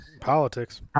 politics